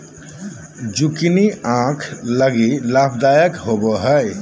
zucchini आंख लगी लाभदायक होबो हइ